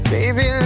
Baby